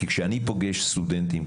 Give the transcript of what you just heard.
כי כשאני פוגש סטודנטים,